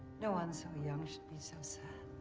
no one so young should be so so